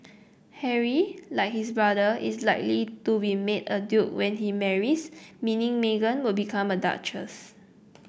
Harry like his brother is likely to be made a duke when he marries meaning Meghan would become a duchess